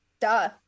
Duh